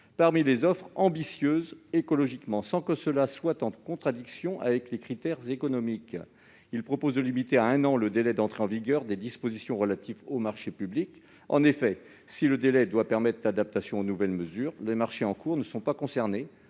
parmi les offres ambitieuses écologiquement, sans que cela soit en contradiction avec les critères économiques. Enfin, il tend à limiter à un an le délai d'entrée en vigueur des dispositions relatives aux marchés publics. En effet, si le délai doit permettre l'adaptation aux nouvelles mesures, les marchés en cours ne sont pas concernés